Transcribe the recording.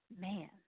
man